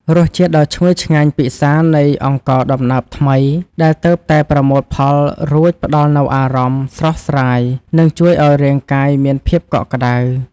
រសជាតិដ៏ឈ្ងុយឆ្ងាញ់ពិសានៃអង្ករដំណើបថ្មីដែលទើបតែប្រមូលផលរួចផ្ដល់នូវអារម្មណ៍ស្រស់ស្រាយ និង ជួយឱ្យរាងកាយមានភាពកក់ក្ដៅ។